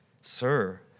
Sir